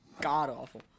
God-awful